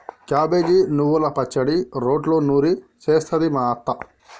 cabbage నువ్వల పచ్చడి రోట్లో నూరి చేస్తది మా అత్త